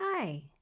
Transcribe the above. Hi